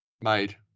made